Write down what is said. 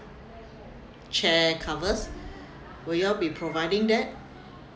chair covers will you all be providing that